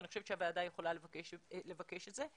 אני חושבת שהוועדה יכולה לבקש את זה.